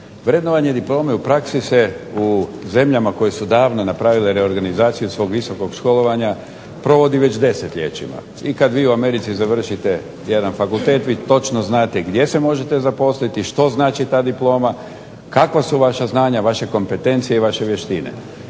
Vrednovanje diplome u praksi se u zemljama koje su davno napravile reorganizaciju svog visokog školovanja provodi već desetljećima i kad vi u Americi završite jedan fakultet vi točno znate gdje se možete zaposliti, što znači ta diploma, kakva su vaša znanja, vaše kompetencije i vaše vještine.